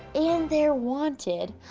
and they're wanted,